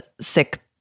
sick